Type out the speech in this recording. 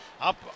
Up